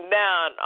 down